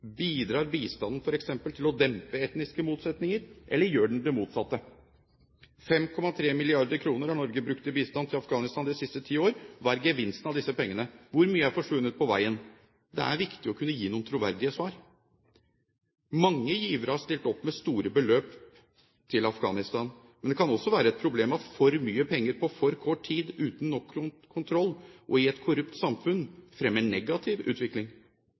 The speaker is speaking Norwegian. Bidrar bistanden f.eks. til å dempe etniske motsetninger, eller bidrar den til det motsatte? 5,3 mrd. kr har Norge brukt i bistand til Afghanistan de siste ti år. Hva er gevinsten av disse pengene? Hvor mye er forsvunnet på veien? Det er viktig å kunne gi noen troverdige svar. Mange givere har stilt opp med store beløp til Afghanistan. Men det kan også være et problem at for mye penger på for kort tid uten nok kontroll og i et korrupt samfunn fremmer negativ utvikling.